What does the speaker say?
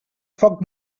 foc